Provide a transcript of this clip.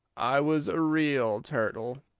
i was a real turtle.